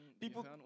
People